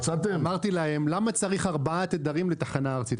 אמרתי להם: למה צריך ארבעה תדרים לתחנה ארצית?